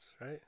right